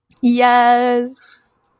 Yes